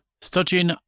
Studying